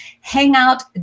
hangout